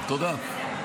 תודה.